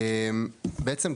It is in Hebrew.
בעצם,